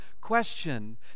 question